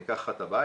אני אקח לך את הבית?